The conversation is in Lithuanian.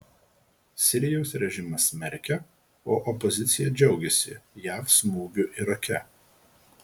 sirijos režimas smerkia o opozicija džiaugiasi jav smūgiu irake